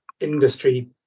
industry